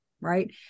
right